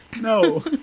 No